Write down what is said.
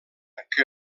que